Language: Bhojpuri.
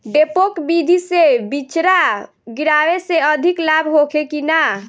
डेपोक विधि से बिचड़ा गिरावे से अधिक लाभ होखे की न?